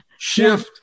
Shift